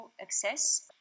access